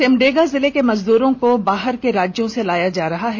सिमडेगा जिले के मजदूरों को बाहर के राज्यों में लाया जा रहा है